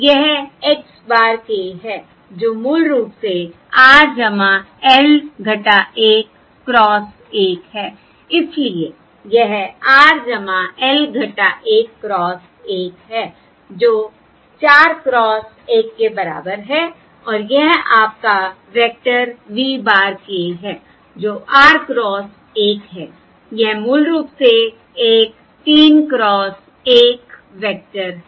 यह x bar k है जो मूल रूप से r L 1 क्रॉस 1 है इसलिए यह r L 1 क्रॉस 1 है जो 4 क्रॉस 1 के बराबर है और यह आपका वेक्टर v bar k है जो r क्रॉस 1 है यह मूल रूप से एक 3 क्रॉस 1 वेक्टर है